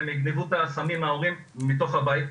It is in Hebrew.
הם יגנבו את הסמים מההורים מתוך הבית.